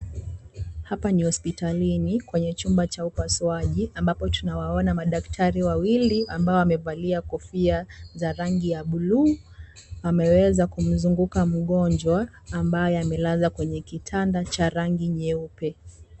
Hapa ni hospitalini, kwenye chumba cha upasuaji, ambapo tunawaona madaktari wawili ambao wamevalia kofia za rangi ya bluu wameza kumzunguka mgonjwa ambaye amelazwa kwenye kitanda cheupe.